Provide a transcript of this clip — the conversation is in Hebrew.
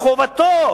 חובתו,